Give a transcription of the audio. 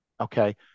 Okay